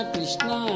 Krishna